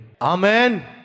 Amen